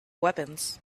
weapons